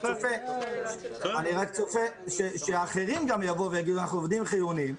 אני רק צופה שאחרים יגידו: אנחנו עובדים חיוניים,